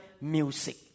music